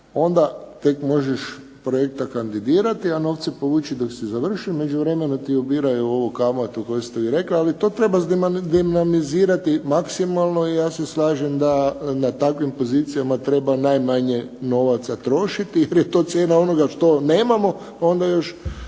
onda tek možeš projekt kandidirati a novce povući dok se završi. U međuvremenu ti ubiraju ovu kamatu koju ste vi rekli, ali to treba demonizirati maksimalno i ja se slažem da na takvim pozicijama treba najmanje novaca trošiti jer je to cijena onoga što nemamo pa onda još